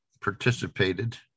participated